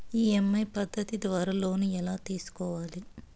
EMI పద్ధతి ద్వారా loan ఎలా తీసుకోవాలి